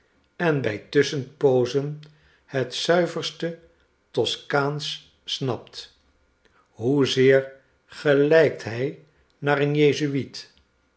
en bij tusschenpoozenhetzuiverste toskaansch snapt hoezeer gelijkt hij naar een jezuiet